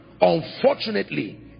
Unfortunately